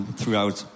throughout